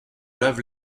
lave